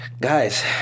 guys